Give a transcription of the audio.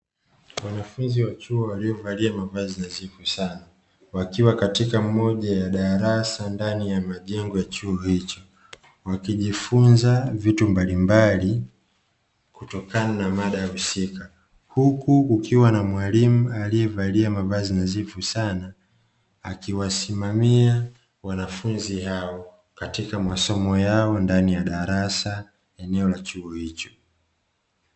Wanafunzi wa chuo waliovalia mavazi nadhifu sana, wakiwa katika moja ya darasa ndani ya majengo ya chuo hicho, wakijifunza vitu mbalimbali kutokana na mada husika, huku kukiwa na mwalimu aliyevalia mavazi nadhifu sana, akiwasimamia wanafunzi hao, katika masomo yao ndani ya darasa eneo la chuo hicho.